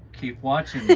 keep watching